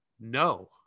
No